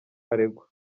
aregwa